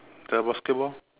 the basketball